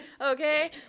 okay